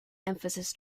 emphasis